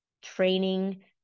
training